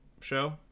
show